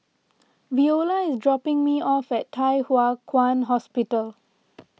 Veola is dropping me off at Thye Hua Kwan Hospital